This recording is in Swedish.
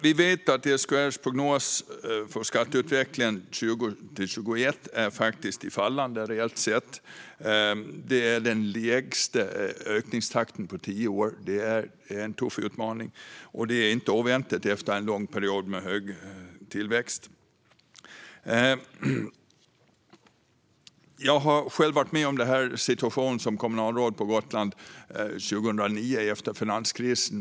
Vi vet att SKR:s prognos för skatteutvecklingen 2020-2021 är fallande, realt sett. Det är den lägsta ökningstakten på tio år, vilket är en tuff utmaning men inte oväntad efter en lång period med hög tillväxt. Jag var själv med om en sådan situation som kommunalråd på Gotland 2009, efter finanskrisen.